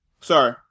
sorry